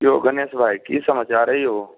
यौ गणेश भाय की समाचार अइ यौ